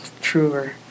truer